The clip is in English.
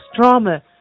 drama